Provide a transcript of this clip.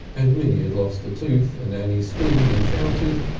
and minnie had lost a tooth and annie screamed and shouted,